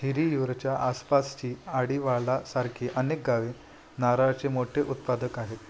हिरीयूरच्या आसपासची आडीवालासारखी अनेक गावे नारळाचे मोठे उत्पादक आहेत